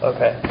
Okay